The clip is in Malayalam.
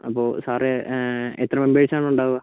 അപ്പോൾ സാറേ എത്ര മെമ്പേഴ്സാണ് ഉണ്ടാവുക